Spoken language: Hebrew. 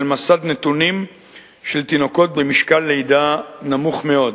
מסד נתונים של תינוקות במשקל לידה נמוך מאוד.